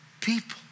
people